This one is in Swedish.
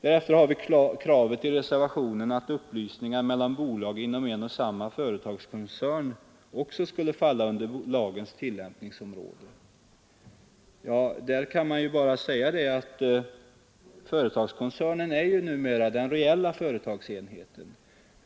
I reservationen krävs vidare att också upplysningar mellan bolag inom en och samma företagskoncern skall falla under lagens tillämpningsområde. Där vill jag framhålla att företagskoncernen numera är den reella företagsenheten.